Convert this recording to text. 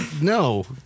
No